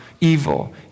evil